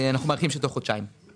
אנחנו מעריכים שתוך חודשיים.